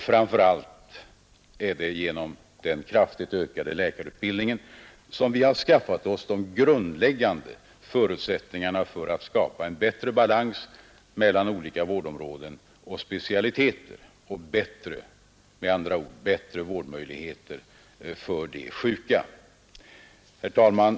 Framför allt är det dock genom den kraftigt ökade läkarutbildningen som vi har skaffat oss de grundläggande förutsättningarna för att skapa en bättre balans mellan olika värdomraden och specialiteter. med andra ord bättre värd möjligheter för de sjuka. Herr talman!